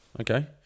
Okay